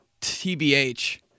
TBH